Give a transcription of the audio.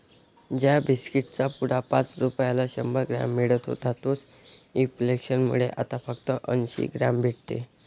ज्या बिस्कीट चा पुडा पाच रुपयाला शंभर ग्राम मिळत होता तोच इंफ्लेसन मुळे आता फक्त अंसी ग्राम भेटते